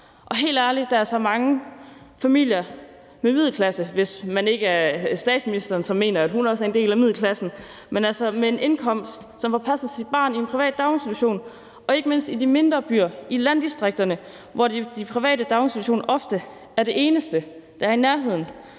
og helt ærligt er der altså mange familier fra middelklassen – hvis man ikke er statsministeren, som også mener, at hun er en del af middelklassen – som får passet sit barn i en privat daginstitution og ikke mindst i de mindre byer i landdistrikterne, hvor de private daginstitutioner ofte er de eneste, der er i nærheden.